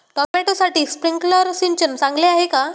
टोमॅटोसाठी स्प्रिंकलर सिंचन चांगले आहे का?